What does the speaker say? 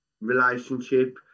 relationship